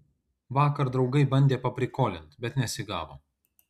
vakar draugai bandė paprikolint bet nesigavo